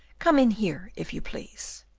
come in here, if you please.